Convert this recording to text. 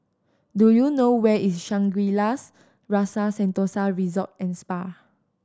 do you know where is Shangri La's Rasa Sentosa Resort and Spa